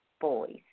boys